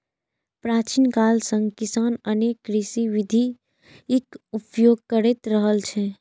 प्राचीन काल सं किसान अनेक कृषि विधिक उपयोग करैत रहल छै